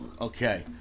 Okay